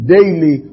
Daily